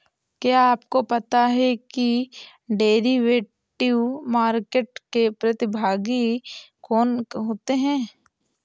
क्या आपको पता है कि डेरिवेटिव मार्केट के प्रतिभागी कौन होते हैं?